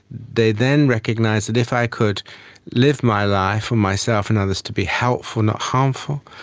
they then recognise that if i could live my life for myself and others to be helpful, not harmful,